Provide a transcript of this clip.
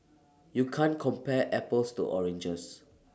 you can't compare apples to oranges